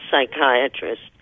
psychiatrist